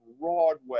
Broadway